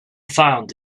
found